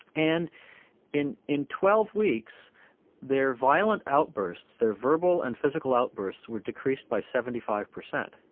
and in in twelve weeks their violent outbursts, their verbal and physical outburst were decreased by seventy five percent.